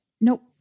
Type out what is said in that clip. Nope